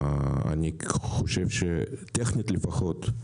אני חושב שטכנית לפחות,